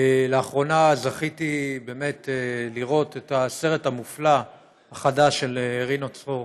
לאחרונה זכיתי לראות את הסרט המופלא החדש של רינו צרור,